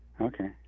Okay